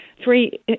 three